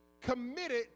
Committed